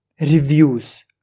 Reviews